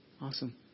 Awesome